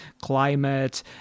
climate